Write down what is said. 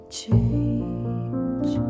change